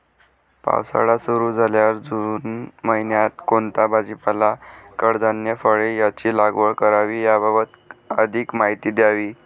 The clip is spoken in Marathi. पावसाळा सुरु झाल्यावर जून महिन्यात कोणता भाजीपाला, कडधान्य, फळे यांची लागवड करावी याबाबत अधिक माहिती द्यावी?